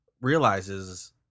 realizes